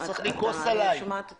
לא צריך לכעוס עליי.